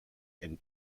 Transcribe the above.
and